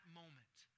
moment